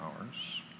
hours